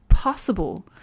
Possible